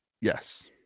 Yes